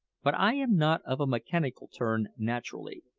but i am not of a mechanical turn naturally,